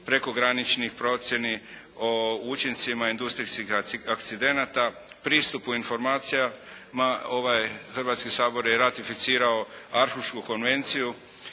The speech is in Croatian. prekograničnih, procjeni o učincima industrijskih akcidenata, pristupu informacijama, ovaj Hrvatski sabor je ratificirao … Konvenciju,